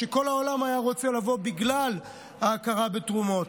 שכל העולם היה רוצה לבוא אליה בגלל ההכרה בתרומות.